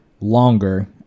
longer